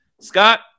Scott